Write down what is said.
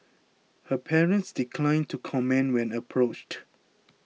her parents declined to comment when approached